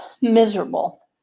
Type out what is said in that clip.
miserable